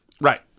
Right